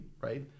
right